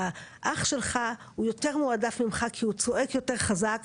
האח שלך יותר מועדף ממך כי הוא צועק יותר חזק,